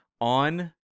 on